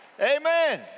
amen